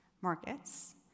markets